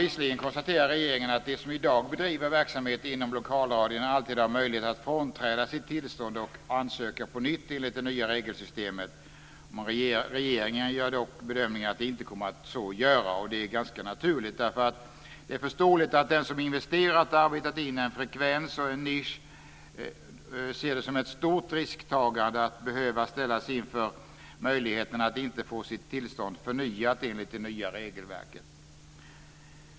Visserligen konstaterar regeringen att de som i dag bedriver verksamhet inom lokalradion alltid har möjlighet att frånträda sitt tillstånd och ansöka på nytt enligt det nya regelsystemet. Regeringen gör dock bedömningen att de inte kommer att så göra, vilket är ganska naturligt. Det är ju förståeligt att den som investerat i och arbetat in en frekvens och en nisch ser det som ett stort risktagande att behöva ställas inför situationen att inte få sitt tillstånd förnyat enligt det nya regelverket.